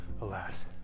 alas